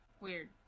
Weird